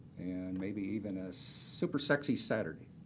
and maybe even a super sexy saturday.